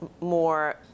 more